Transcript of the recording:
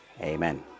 Amen